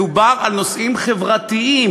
מדובר על נושאים חברתיים,